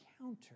encounter